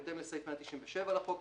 בהתאם לסעיף 197 לחוק,